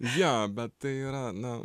jo bet tai yra na